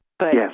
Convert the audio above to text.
Yes